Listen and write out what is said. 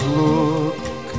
look